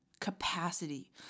capacity